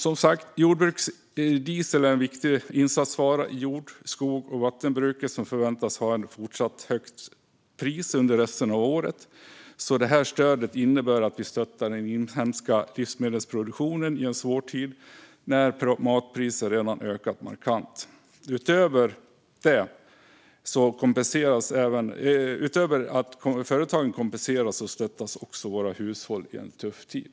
Som sagt är jordbruksdiesel i jord, skogs och vattenbruket en viktig insatsvara som förväntas ha ett fortsatt högt pris under resten av året. Det här stödet innebär att vi stöttar den inhemska livsmedelsproduktionen i en svår tid när matpriserna redan ökat markant. Utöver att företagen kompenseras stöttas också våra hushåll i en tuff tid.